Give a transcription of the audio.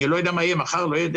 אני לא יודע מה יהיה מחר ומחרתיים